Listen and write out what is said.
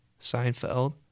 Seinfeld